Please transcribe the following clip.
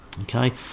Okay